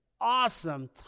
awesome